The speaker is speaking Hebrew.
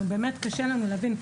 באמת קשה לנו להבין את זה.